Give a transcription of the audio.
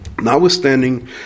Notwithstanding